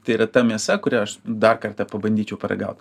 tai yra ta mėsa kurią aš dar kartą pabandyčiau paragaut